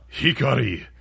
Hikari